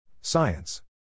Science